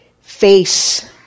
face